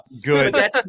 good